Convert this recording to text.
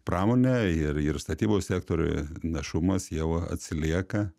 pramone ir ir statybos sektoriuj našumas jau atsilieka